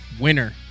winner